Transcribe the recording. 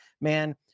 man